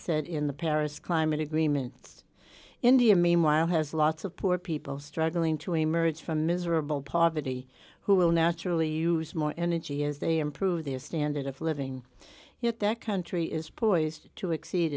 said in the paris climate agreements india meanwhile has lots of poor people struggling to emerge from miserable poverty who will naturally use more energy as they improve their standard of living yet that country is poised to exceed